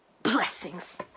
blessings